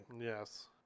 Yes